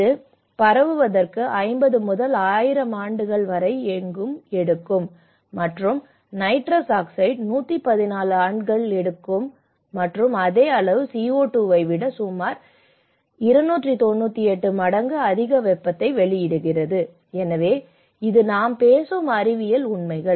இது பரவுவதற்கு 50 முதல் 1000 ஆண்டுகள் வரை எங்கும் எடுக்கும் மற்றும் நைட்ரஸ் ஆக்சைடு 114 ஆண்டுகள் எடுக்கும் மற்றும் அதே அளவு CO2 ஐ விட சுமார் 298 மடங்கு அதிக வெப்பத்தை வெளியிடுகிறது எனவே இது நாம் பேசும் அறிவியல் உண்மைகள்